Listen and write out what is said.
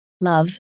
love